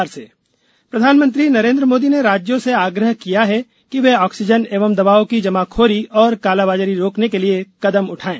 PM समीक्षा प्रधानमंत्री नरेंद्र मोदी ने राज्यों से आग्रह किया कि वे ऑक्सीजन एंव दवाओं की जमाखोरी और कालाबाजारी रोकने के लिए कदम उठाएं